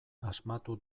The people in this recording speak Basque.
asmatu